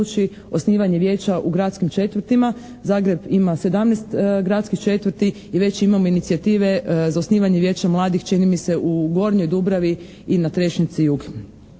osnivanje Vijeća u gradskim četvrtima. Zagreb ima 17 gradskih četvrti i već imamo inicijative za osnivanje Vijeća mladih, čini mi se, u Gornjoj Dubravi i na Trešnjevci i